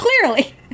Clearly